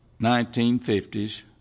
1950s